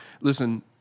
Listen